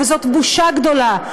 וזאת בושה גדולה.